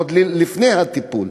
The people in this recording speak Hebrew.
עוד לפני הטיפול,